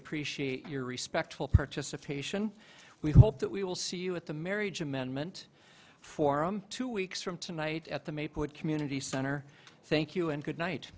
appreciate your respect full participation we hope that we will see you at the marriage amendment forum two weeks from tonight at the may put community center thank you and good night